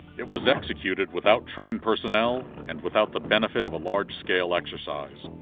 it was executed without trained personnel and without the benefit of a large-scale exercise.